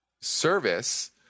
Service